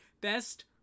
best